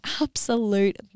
absolute